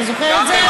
אתה זוכר את זה?